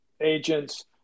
agents